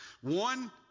One